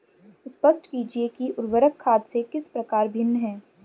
स्पष्ट कीजिए कि उर्वरक खाद से किस प्रकार भिन्न है?